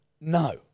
No